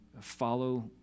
follow